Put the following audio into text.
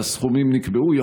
שהסכומים נקבעו.